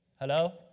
Hello